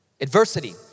Adversity